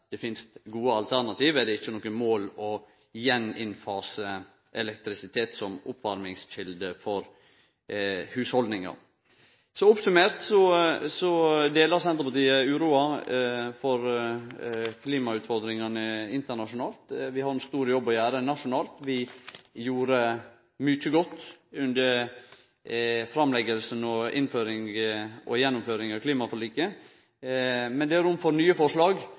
det finst gode alternativ, er det ikkje noko mål å gjeninnfase elektrisitet som oppvarmingskjelde for hushald. Oppsummert deler Senterpartiet uroa for klimautfordringane internasjonalt. Vi har ein stor jobb å gjere nasjonalt. Vi gjorde mykje godt under framlegginga, innføringa og gjennomføringa av klimaforliket, men det er rom for nye forslag